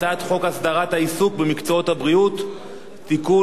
הצעת חוק הסדרת העיסוק במקצועות הבריאות (תיקון,